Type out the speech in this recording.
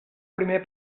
primer